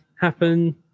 happen